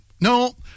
no